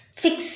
fix